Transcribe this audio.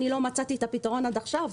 אני לא מצאתי פתרון עד עכשיו.